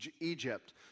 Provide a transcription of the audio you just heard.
Egypt